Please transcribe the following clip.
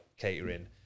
catering